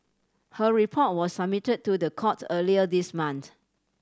her report was submitted to the court earlier this month